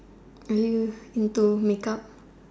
are you into makeup